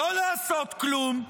לא לעשות כלום,